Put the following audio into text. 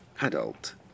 adult